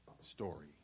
story